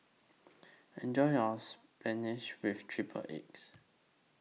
Enjoy your Spinach with Triple Eggs